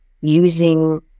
using